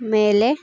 ಮೇಲೆ